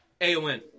AON